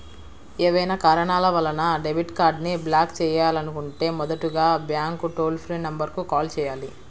ఏవైనా కారణాల వలన డెబిట్ కార్డ్ని బ్లాక్ చేయాలనుకుంటే మొదటగా బ్యాంక్ టోల్ ఫ్రీ నెంబర్ కు కాల్ చేయాలి